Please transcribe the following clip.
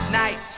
night